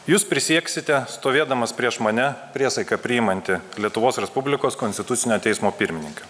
jūs prisieksite stovėdamas prieš mane priesaiką priimantį lietuvos respublikos konstitucinio teismo pirmininką